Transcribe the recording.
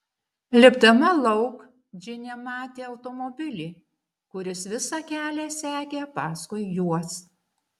lipdama lauk džinė matė automobilį kuris visą kelią sekė paskui juos